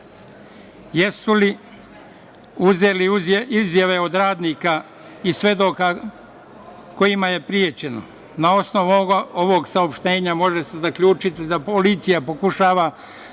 su uzeli izjave od radnika i svedoka kojima je prećeno? Na osnovu ovog saopštenja, može se zaključiti da policija pokušava